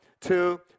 two